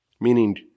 Meaning